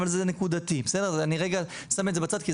אבל זה נקודתי ואני שם את זה בצד.